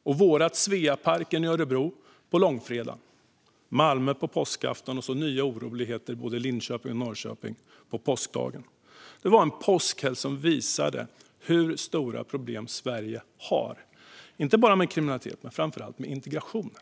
Stockholm och i Sveaparken i Örebro på långfredagen, i Malmö på påskafton, och så nya oroligheter i både Linköping och Norrköping på påskdagen. Det var en påskhelg som visade hur stora problem Sverige har, inte bara med kriminaliteten utan framför allt med integrationen.